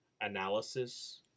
analysis